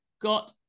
got